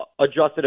adjusted